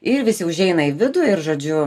ir visi užeina į vidų ir žodžiu